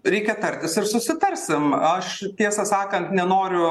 reikia tartis ir susitarsim aš tiesą sakant nenoriu